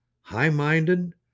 high-minded